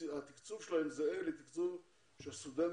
התקצוב שלהם זהה לתקצוב של סטודנטים